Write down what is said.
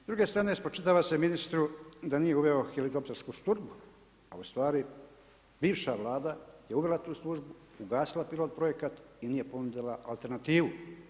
S druge strane, spočitava se ministru da nije uveo helikoptersku službu a ustvari bivša Vlada je uvela tu službu, ugasila pilot projekat i nije ponudila alternativu.